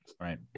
Right